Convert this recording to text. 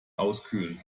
auskühlen